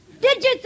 Digits